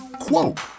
quote